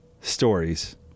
stories